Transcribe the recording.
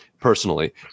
personally